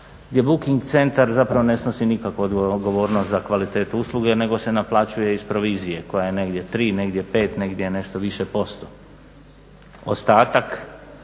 gdje booking centar zapravo ne snosi nikakvu odgovornost za kvalitetu usluge nego se naplaćuje iz provizije koja je tri, negdje pet, negdje nešto više posto. Ostatak